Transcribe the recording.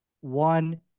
One